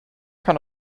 kann